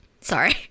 sorry